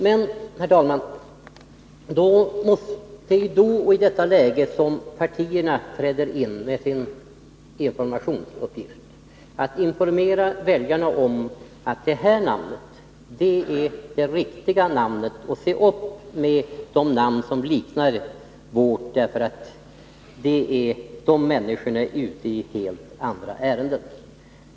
Det är i detta läge, herr talman, som partierna träder in med sin informationsuppgift. De måste informera väljarna om det riktiga namnet och varna dem för namn som liknar det riktiga, eftersom det bakom de namnen döljer sig människor som är ute i helt andra ärenden.